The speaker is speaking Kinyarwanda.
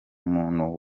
muntu